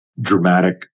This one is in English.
dramatic